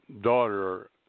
daughter